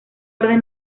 orden